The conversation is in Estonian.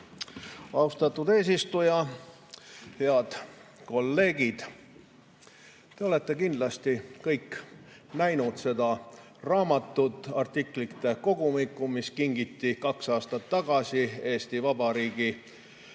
Austatud eesistuja! Head kolleegid! Te olete kindlasti kõik näinud seda raamatut, artiklite kogumikku, mis kingiti kaks aastat tagasi Eesti Vabariigi ja